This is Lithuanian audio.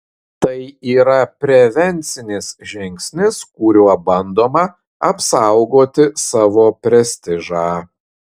tai yra prevencinis žingsnis kuriuo bandoma apsaugoti savo prestižą